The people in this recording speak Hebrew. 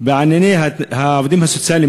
בענייני העובדים הסוציאליים,